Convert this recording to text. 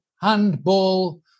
handball